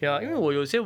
orh